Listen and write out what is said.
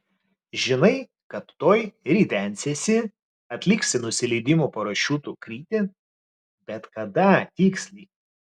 žinai kad tuoj ridensiesi atliksi nusileidimo parašiutu krytį bet kada tiksliai